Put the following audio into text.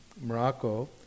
Morocco